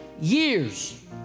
years